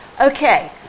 Okay